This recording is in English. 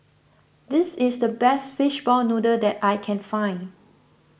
this is the best Fishball Noodle that I can find